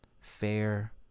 fair